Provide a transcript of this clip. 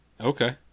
okay